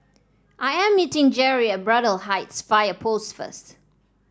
I am meeting Jerrie at Braddell Heights Fire Post first